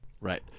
Right